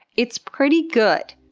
it's pretty good!